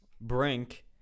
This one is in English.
brink